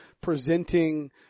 presenting